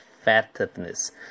effectiveness